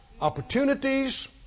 Opportunities